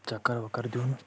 چکر وکر دِیُن